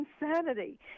insanity